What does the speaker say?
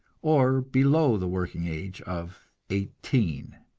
or below the working age of eighteen.